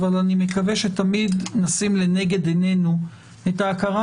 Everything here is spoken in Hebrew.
אבל אני מקווה שתמיד נשים לנגד עינינו את ההכרה